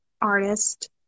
artist